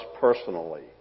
personally